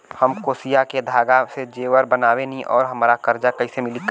हम क्रोशिया के धागा से जेवर बनावेनी और हमरा कर्जा कइसे मिली?